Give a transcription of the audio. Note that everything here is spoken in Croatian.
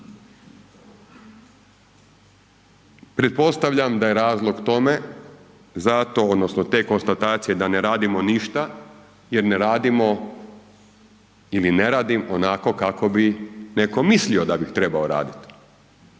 Pretpostavljam da je razlog tome zato odnosno te konstatacije da ne radimo ništa jer ne radimo ili ne radim onako kako bi neko mislio da bih trebao radit.